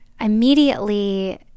immediately